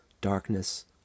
darkness